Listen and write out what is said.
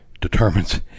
determines